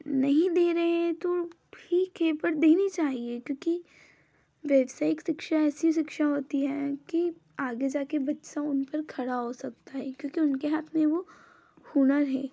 नहीं दे रहें हैं तो ठीक है पर देनी चाहिए क्योंकि व्यावसायिक शिक्षा ऐसी शिक्षा होती है कि आगे जाके बच्चा उन पर खड़ा हो सकता है क्योंकि उनके हाथ में वो हुनर है